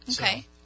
Okay